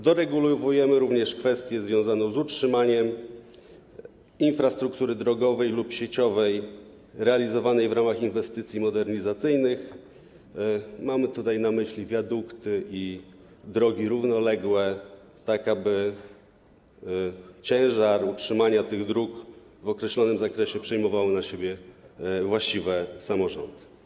Doregulowujemy również kwestię związaną z utrzymaniem infrastruktury drogowej lub sieciowej realizowanej w ramach inwestycji modernizacyjnych, mam na myśli wiadukty i drogi równoległe, aby ciężar utrzymania tych dróg w określonym zakresie brały na siebie właściwe samorządy.